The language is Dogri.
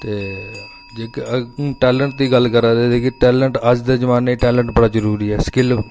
ते जेह्के टैलेंट दी गल्ल करा दे ते टैलेंट अजकल दे जमाने च टैलेंट बड़ा जरूरी ऐ स्किल्ल